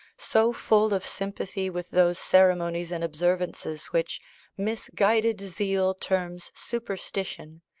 so full of sympathy with those ceremonies and observances which misguided zeal terms superstition,